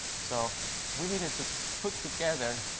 so we needed to put together